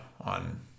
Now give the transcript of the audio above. on